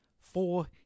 four